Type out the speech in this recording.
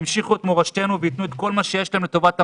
שימשיכו את מורשתנו וייתנו את כל מה שיש להם לטובת המדינה,